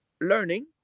learning